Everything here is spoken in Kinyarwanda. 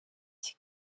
cy’i